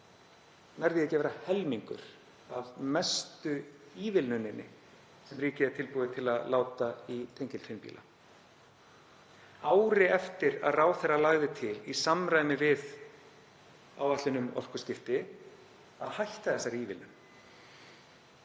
nær því ekki að vera helmingur af mestu ívilnuninni sem ríkið er tilbúið til að láta í tengiltvinnbíla, ári eftir að ráðherra lagði til, í samræmi við áætlun um orkuskipti, að hætta þeirri ívilnun.